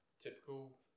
typical